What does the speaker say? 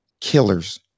killers